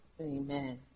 amen